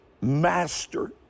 master